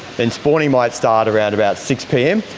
then spawning might start around about six pm.